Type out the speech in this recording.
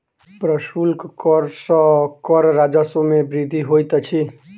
प्रशुल्क कर सॅ कर राजस्व मे वृद्धि होइत अछि